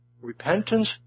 Repentance